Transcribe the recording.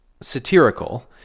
satirical